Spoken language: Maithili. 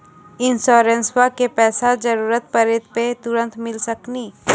इंश्योरेंसबा के पैसा जरूरत पड़े पे तुरंत मिल सकनी?